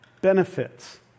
benefits